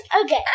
Okay